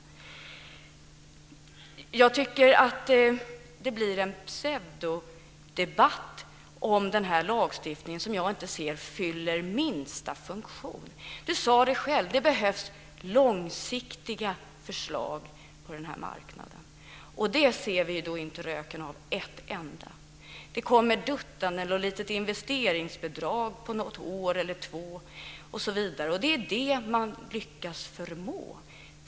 Jag tycker att det blir en pseudodebatt om denna lagstiftning, som jag inte ser fyller minsta funktion. Sten Lundström sade själv att det behövs långsiktiga förslag på denna marknad. Vi ser inte röken av något sådant. Det kommer förslag om ett litet investeringsbidrag som ska löpa på något år eller två, osv. Det är sådant man förmår.